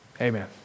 Amen